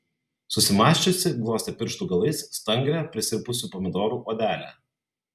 susimąsčiusi glostė pirštų galais stangrią prisirpusių pomidorų odelę